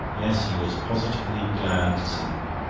yes, he was positively glad to see them.